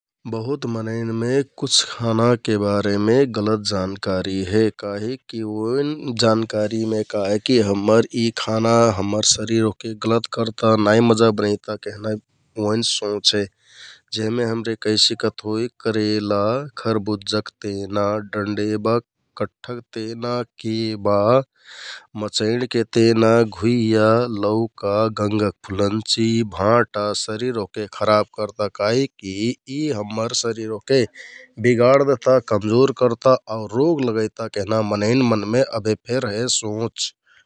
बहुत मनैंनमे कुछ खानाके बारेमे गलत जानकारी हे । काहिककि ओइन जानकारीमे का हे कि हम्मर यि खाना हम्मर यि शरिर ओहके गलत करता, नाइ बनैता केहना ओइन सोंच हे । जेहमे हमरे कैहसिकत होइ करेला, खरबुज्जाक तेना, डन्डेबक कट्ठक तेना, केबा, मचैंडके तेना घुइया लौका, गँगाक फुलन्चि, भाँटा शरिर ओहके खराब करता । काहिककि यि हम्मर शरिर ओहके बिगाड दहता, कमजोर करता आउर रोग लगैता कहना मनैंन मनमे अभेफेक हे सोंच ।